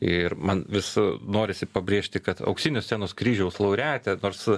ir man vis norisi pabrėžti kad auksinio scenos kryžiaus laureatė nors